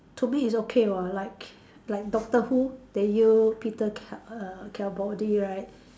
to me it's okay [what] like like Doctor Who they use Peter Cal~ err Capaldi right